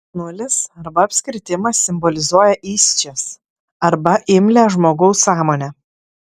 nulis arba apskritimas simbolizuoja įsčias arba imlią žmogaus sąmonę